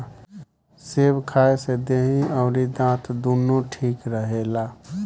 सेब खाए से देहि अउरी दांत दूनो ठीक रहेला